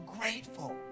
grateful